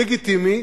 לגיטימי.